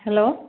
hello